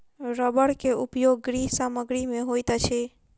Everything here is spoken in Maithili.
रबड़ के उपयोग गृह सामग्री में होइत अछि